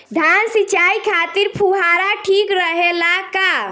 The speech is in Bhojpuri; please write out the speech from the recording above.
धान सिंचाई खातिर फुहारा ठीक रहे ला का?